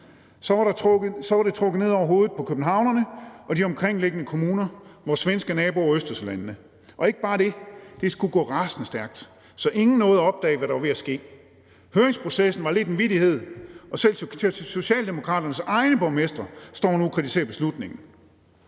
var det trukket ned over hovedet på københavnerne og de omkringliggende kommuner, vores svenske naboer og Østersølandene. Ikke nok med det, det skulle også gå rasende stærkt, så ingen nåede at opdage, hvad der var ved at ske. Høringsprocessen var lidt af en vittighed, og selv Socialdemokraternes egne borgmestre står nu og kritiserer beslutningen.